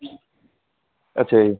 ਅੱਛਾ ਜੀ